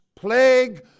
Plague